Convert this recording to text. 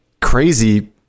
Crazy